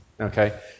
Okay